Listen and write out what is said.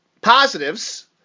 positives